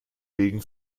wegen